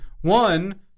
one